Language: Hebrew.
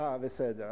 בסדר.